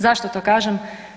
Zašto to kažem?